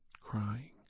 crying